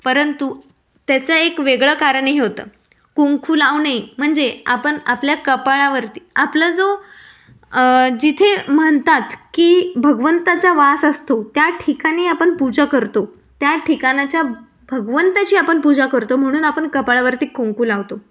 परंतु त्याचं एक वेगळं कारणही हे होतं कुंकू लावने म्हणजे आपण आपल्या कपाळावरती आपला जो जिथे म्हणतात की भगवंताचा वास असतो त्या ठिकाणी आपण पूजा करतो त्या ठिकाणाच्या भगवंताची आपण पूजा करतो म्हणून आपण कपाळावरती कुंकू लावतो